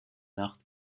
nacht